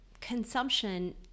consumption